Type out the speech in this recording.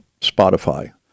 Spotify